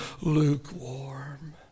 lukewarm